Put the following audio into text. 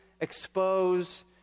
expose